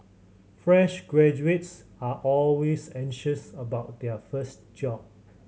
fresh graduates are always anxious about their first job